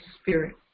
spirit